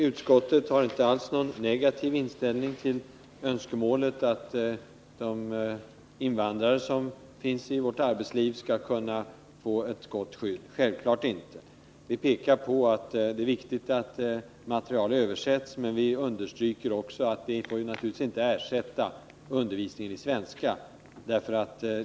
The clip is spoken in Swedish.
Utskottet har självfallet inte alls någon negativ inställning till önskemålet att de invandrare som deltar i vårt arbetsliv skall få ett gott skydd. Vi pekar på att det är viktigt att material översätts. Men vi understryker också att det naturligtvis inte får ersätta undervisningen i svenska.